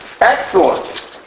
excellent